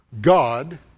God